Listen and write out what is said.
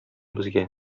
безгә